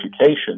education